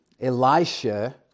Elisha